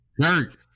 Dirt